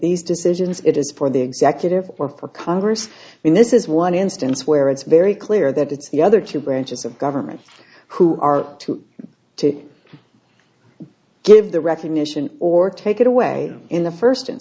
these decisions it is for the executive or for congress when this is one instance where it's very clear that it's the other two branches of government who are to take give the recognition or take it away in the first